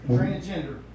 Transgender